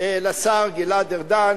לשר גלעד ארדן,